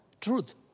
truth